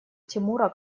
тимура